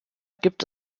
gibt